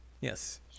Yes